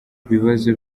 ibibazo